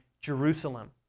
Jerusalem